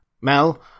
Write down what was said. Mel